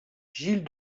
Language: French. gilles